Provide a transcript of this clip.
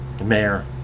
mayor